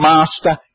Master